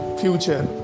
future